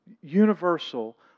universal